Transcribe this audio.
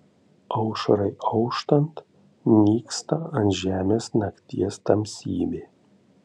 aušrai auštant nyksta ant žemės nakties tamsybė